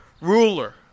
ruler